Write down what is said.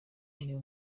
intebe